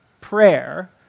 prayer